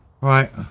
Right